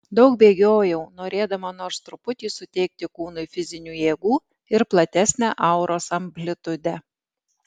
daug bėgiojau norėdama nors truputį suteikti kūnui fizinių jėgų ir platesnę auros amplitudę